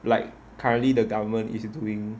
like currently the government is doing